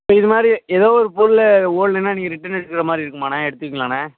இது மாதிரி ஏதோ ஒரு பொருள் ஓடலேன்னா நீங்கள் ரிட்டன் எடுத்துக்கிற மாதிரி இருக்குமாண்ண எடுத்துக்குவீங்களாண்ணா